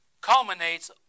culminates